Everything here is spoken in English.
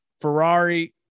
Ferrari